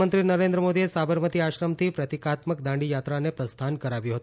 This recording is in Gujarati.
પ્રધાનમંત્રી નરેન્દ્ર મોદીએ સાબરમતી આશ્રમથી પ્રતિકાત્મક દાંડી યાત્રાને પ્રસ્થાન કરાવ્યુ હતું